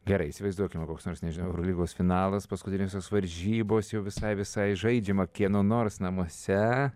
gerai įsivaizduokime koks nors nežinau eurolygos finalas paskutiniosios varžybos jau visai visai žaidžiama kieno nors namuose